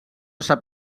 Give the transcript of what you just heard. sap